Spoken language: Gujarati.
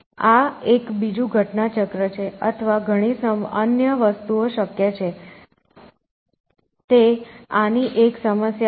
આ એક બીજું ઘટનાચક્ર છે અથવા ઘણી અન્ય વસ્તુઓ શક્ય છે તે આની એક સમસ્યા છે